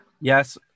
yes